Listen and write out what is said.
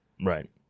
Right